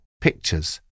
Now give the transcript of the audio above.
pictures